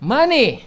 Money